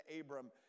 Abram